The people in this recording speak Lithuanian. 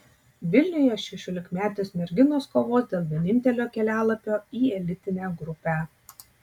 vilniuje šešiolikmetės merginos kovos dėl vienintelio kelialapio į elitinę grupę